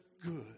good